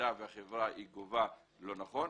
במידה והחברה גובה לא נכון,